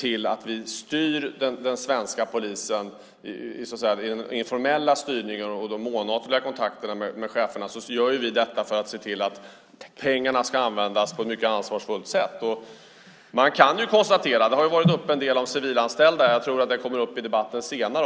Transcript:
I den formella styrningen och de månatliga kontakterna med cheferna gör vi detta för att se till att pengarna ska användas på ett mycket ansvarsfullt sätt. Frågan om de civilanställda har tagits upp här. Jag tror att den kommer upp i debatten senare också.